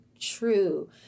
true